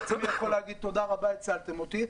עצמאי יכול להסתפק בזה.